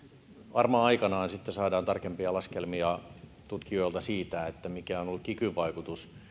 varmaan aikanaan sitten saadaan tarkempia laskelmia tutkijoilta siitä mikä on ollut kikyn vaikutus